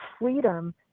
freedom